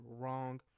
wrong